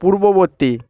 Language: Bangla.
পূর্ববর্তী